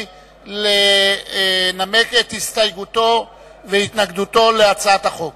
לנמק את הסתייגותו והתנגדותו להצעת החוק.